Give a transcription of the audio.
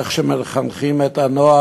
איך שמחנכים את הנוער,